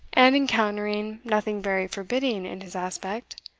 and encountering nothing very forbidding in his aspect,